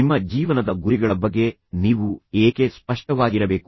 ನಿಮ್ಮ ಜೀವನದ ಗುರಿಗಳ ಬಗ್ಗೆ ನೀವು ಏಕೆ ಸ್ಪಷ್ಟವಾಗಿರಬೇಕು